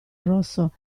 rosso